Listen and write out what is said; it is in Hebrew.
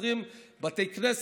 20 בתי כנסת,